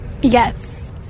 Yes